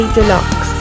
Deluxe